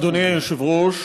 אדוני היושב-ראש.